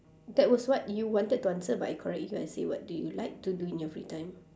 that was what you wanted to answer but I correct you I say what do you like to do in your free time